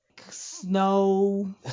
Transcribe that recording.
snow